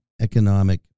economic